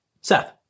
Seth